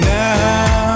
now